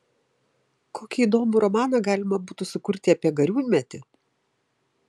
kokį įdomų romaną galima būtų sukurti apie gariūnmetį